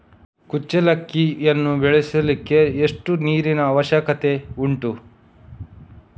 ಕುಚ್ಚಲಕ್ಕಿಯನ್ನು ಬೆಳೆಸಲಿಕ್ಕೆ ಎಷ್ಟು ನೀರಿನ ಅವಶ್ಯಕತೆ ಉಂಟು?